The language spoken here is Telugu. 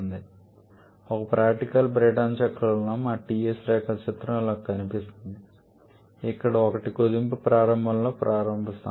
కాబట్టి ఒక ప్రాక్టికల్ బ్రైటన్ చక్రంలో మా Ts రేఖాచిత్రం ఇలా కనిపిస్తుంది ఇక్కడ 1 కుదింపు ప్రారంభంలో ప్రారంభ స్థానం